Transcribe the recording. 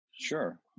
sure